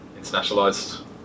internationalized